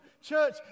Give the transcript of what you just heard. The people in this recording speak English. church